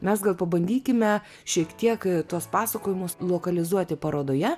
mes gal pabandykime šiek tiek tuos pasakojimus lokalizuoti parodoje